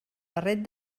barret